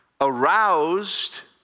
aroused